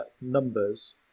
numbers